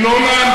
היא לא נענתה,